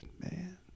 Man